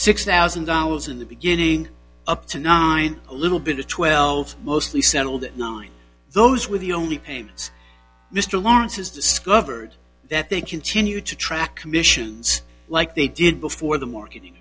six thousand dollars in the beginning up to nine a little bit of twelve mostly settled at nine those were the only payments mr lawrence has discovered that they continue to track commissions like they did before the marketing